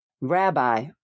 Rabbi